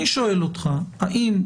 אני שואל אותך אם,